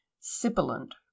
sibilant